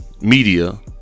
media